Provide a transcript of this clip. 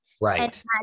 right